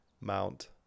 Mount